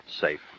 Safe